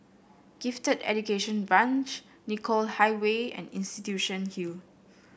Gifted Education Branch Nicoll Highway and Institution Hill